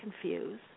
confused